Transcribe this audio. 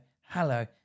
Hello